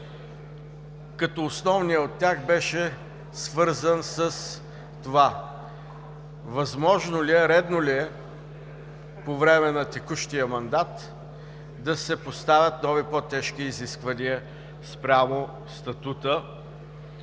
като основният от тях беше свързан с това: възможно ли е, редно ли е по време на текущия мандат да се поставят нови по-тежки изисквания спрямо статута